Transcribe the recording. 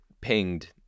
pinged